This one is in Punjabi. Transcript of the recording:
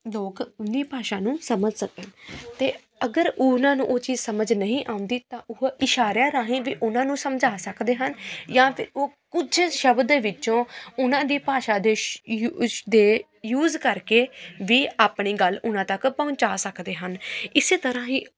ਲੋਕ ਉਹਨਾਂ ਦੀ ਭਾਸ਼ਾ ਨੂੰ ਸਮਝ ਸਕਣ ਅਤੇ ਅਗਰ ਉਹਨਾਂ ਨੂੰ ਉਹ ਚੀਜ਼ ਸਮਝ ਨਹੀਂ ਆਉਂਦੀ ਤਾਂ ਉਹ ਇਸ਼ਾਰਿਆਂ ਰਾਹੀਂ ਵੀ ਉਹਨਾਂ ਨੂੰ ਸਮਝਾ ਸਕਦੇ ਹਨ ਜਾਂ ਫਿਰ ਉਹ ਕੁਝ ਸ਼ਬਦ ਵਿੱਚੋਂ ਉਹਨਾਂ ਦੀ ਭਾਸ਼ਾ ਦੇ ਸ਼ ਦੇ ਯੂਜ ਕਰਕੇ ਵੀ ਆਪਣੀ ਗੱਲ ਉਹਨਾਂ ਤੱਕ ਪਹੁੰਚਾ ਸਕਦੇ ਹਨ ਇਸ ਤਰ੍ਹਾਂ ਹੀ